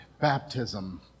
baptism